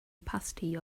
opacity